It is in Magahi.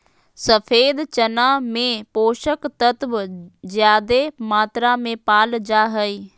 सफ़ेद चना में पोषक तत्व ज्यादे मात्रा में पाल जा हइ